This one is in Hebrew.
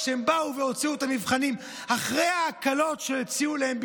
כשהן באו והוציאו את המבחנים אחרי ההקלות שהציעו להן בזמנו,